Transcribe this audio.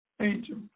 angel